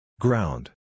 Ground